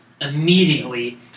immediately